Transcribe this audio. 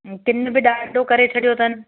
ऐं किनि बि ॾाढो करे छॾियो अथन